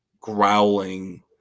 growling